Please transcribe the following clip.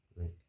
Right